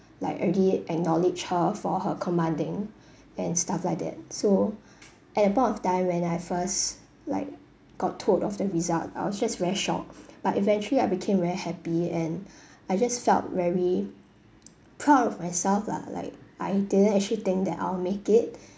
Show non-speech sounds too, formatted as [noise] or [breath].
like already acknowledge her for her commanding [breath] and stuff like that so [breath] at that point of time when I first like got told of the result I was just very shocked but eventually I became very happy and [breath] I just felt very proud of myself lah like I didn't actually think that I'll make it [breath]